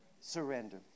surrender